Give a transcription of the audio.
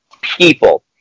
people